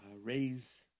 raise